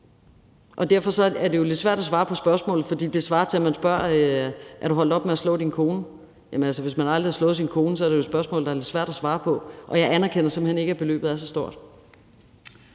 om. Derfor er det jo lidt svært at svare på spørgsmålet, for det svarer til, at man spørger: Er du holdt op med at slå din kone? Jamen hvis man aldrig har slået sin kone, så er det jo et spørgsmål, der er lidt svært at svare på. Og jeg anerkender simpelt hen ikke, at beløbet er så stort.